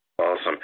Awesome